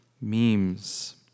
memes